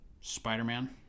Spider-Man